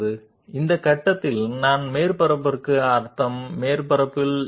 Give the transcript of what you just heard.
ఇక్కడ సర్ఫేస్ వద్ద ఉన్న ఈ టాంజెంట్లన్నింటికీ నార్మల్ లంబంగా ఉంటుంది అంటే ఈ సమయంలో సర్ఫేస్ వరకు ఉంటుంది